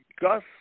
Gus